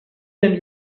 denn